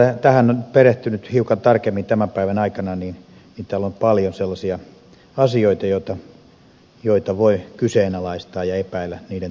kun tähän on perehtynyt hiukan tarkemmin tämän päivän aikana niin täällä on paljon sellaisia asioita joita voi kyseenalaistaa ja epäillä niiden toimivuutta